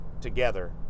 together